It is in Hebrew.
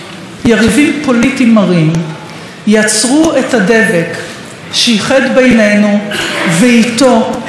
יצרו את הדבק שאיחד בינינו ואיתו יצאנו למלחמת העצמאות.